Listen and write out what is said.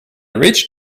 reached